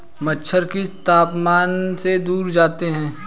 मच्छर किस तापमान से दूर जाते हैं?